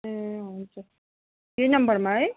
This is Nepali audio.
ए हुन्छ दुई नम्बरमा है